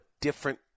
different